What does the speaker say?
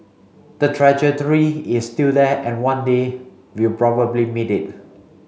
the trajectory is still there and one day we'll probably meet it